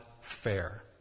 fair